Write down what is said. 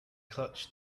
clutch